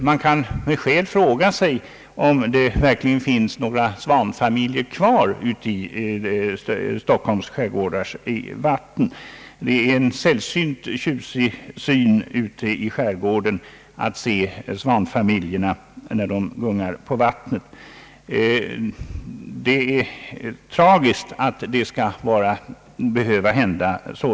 Man kan med skäl fråga sig om det verkligen finns några svanfamiljer kvar i Stockholms skärgårdars vatten. Svanfamiljer gungande på vattnet är en sällsynt tjusig syn. Det är tragiskt att sådana saker skall behöva hända.